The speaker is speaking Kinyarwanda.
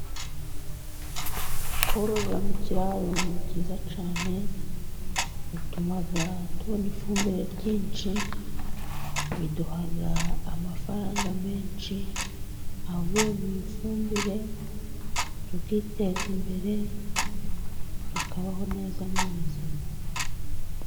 Kororera mu kiraro ni byiza cyane bituma tubona ifumbire ryinshi, biduha amafaranga menshi avuye mu ifumbire, tukiteza imbere tukabaho neza mu buzima.